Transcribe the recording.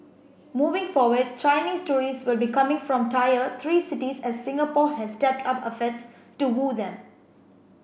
moving forward Chinese tourists will be coming from tier three cities as Singapore has stepped up efforts to woo them